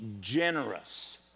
generous